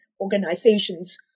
organizations